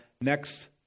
next